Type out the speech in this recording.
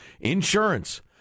insurance